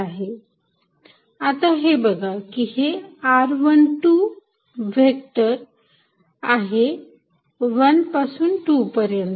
आता हे बघा की हे r१२ व्हेक्टर आहे 1 पासून 2 पर्यंत